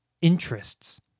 interests